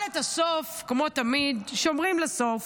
אבל את הסוף, כמו תמיד, שומרים לסוף,